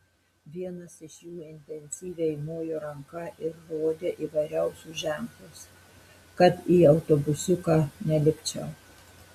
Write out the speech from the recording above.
vienas iš jų intensyviai mojo ranka ir rodė įvairiausius ženklus kad į autobusiuką nelipčiau